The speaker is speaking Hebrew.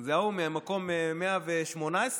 זה ההוא ממקום 118,